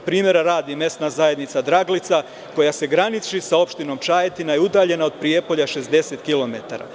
Primera radi, mesna zajednica Draglica koja se graniči sa opštinom Čajetina udaljena od Prijepolja 60 kilometara.